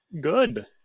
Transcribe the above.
Good